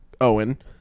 Owen